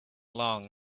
long